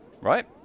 Right